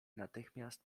natychmiast